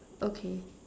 okay